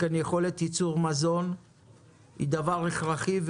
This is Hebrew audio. לכן יכולת ייצור מזון היא דבר הכרחי,